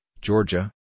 Georgia